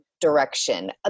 direction